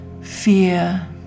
fear